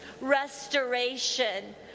restoration